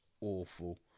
awful